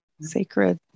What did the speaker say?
Sacred